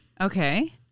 Okay